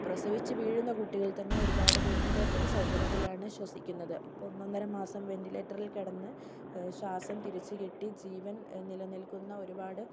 പ്രസവിച്ച് വീഴുന്ന കുട്ടികളിൽ തന്നെ ഒരുപാട് വെന്റിലേറ്റർ സൗകര്യത്തിലാണ് ശ്വസിക്കുന്നത് ഇപ്പോൾ ഒന്നൊന്നര മാസം വെന്റിലേറ്ററിൽ കിടന്ന് ശ്വാസം തിരിച്ച് കിട്ടി ജീവൻ നിലനില്കുന്ന ഒരുപാട്